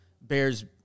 Bears